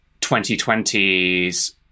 2020s